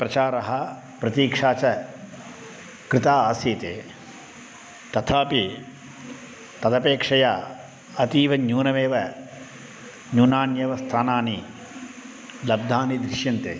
प्रचारः प्रतीक्षा च कृता आसीते तथापि तदपेक्षया अतीवन्यूनमेव न्यूनान्येव स्थानानि लब्धानि दृश्यन्ते